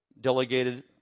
delegated